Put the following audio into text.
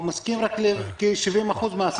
הוא מסכים רק לכ-70% מהשכר.